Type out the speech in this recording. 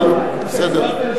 בסדר.